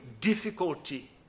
difficulty